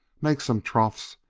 make some troughs,